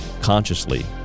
consciously